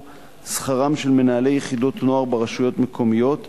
שכרם של מנהלי יחידות נוער ברשויות מקומיות,